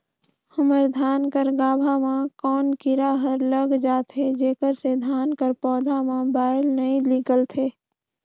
हमर धान कर गाभा म कौन कीरा हर लग जाथे जेकर से धान कर पौधा म बाएल नइ निकलथे?